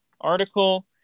article